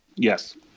Yes